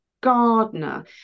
gardener